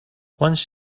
once